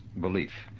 belief